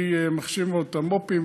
אני מחשיב מאוד את המו"פים,